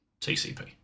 TCP